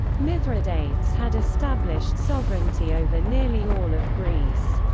mithridates had established sovereignty over nearly all of greece.